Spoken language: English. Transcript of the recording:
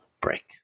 break